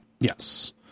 yes